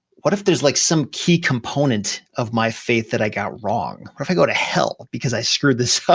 what if there's like some key component of my faith that i got wrong? what if i go to hell because i screwed this up,